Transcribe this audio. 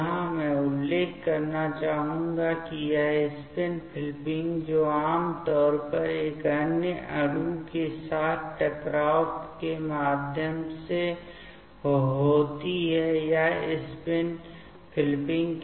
यहां मैं यह उल्लेख करना चाहूंगा कि यह स्पिन फ़्लिपिंग जो आम तौर पर एक अन्य अणु के साथ टकराव के माध्यम से होती है सामान्य रूप से प्रतिक्रियाओं में विलायक होगा